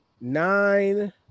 Nine